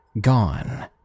gone